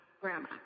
grandma